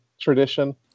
tradition